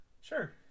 Sure